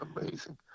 amazing